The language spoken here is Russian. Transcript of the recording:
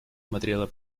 смотрела